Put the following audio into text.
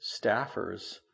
staffers